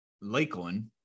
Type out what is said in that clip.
Lakeland